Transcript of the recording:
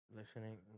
listening